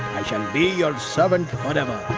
i shall be your servant forever.